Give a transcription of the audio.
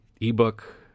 ebook